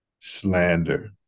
slander